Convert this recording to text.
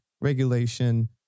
regulation